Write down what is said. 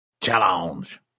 Challenge